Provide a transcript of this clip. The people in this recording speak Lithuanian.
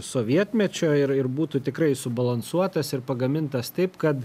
sovietmečio ir ir būtų tikrai subalansuotas ir pagamintas taip kad